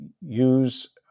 use